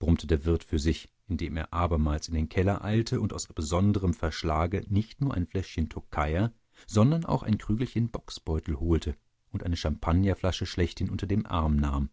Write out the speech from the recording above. brummte der wirt für sich indem er abermals in den keller eilte und aus besonderem verschlage nicht nur ein fläschchen tokaier sondern auch ein krügelchen bocksbeutel holte und eine champagnerflasche schlechthin unter den arm nahm